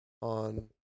on